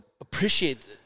appreciate